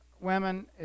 women